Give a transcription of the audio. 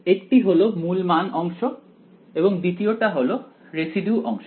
অতএব একটি হলো প্রধান মান এর অংশ এবং দ্বিতীয়টা হল রেসিডিউ অংশ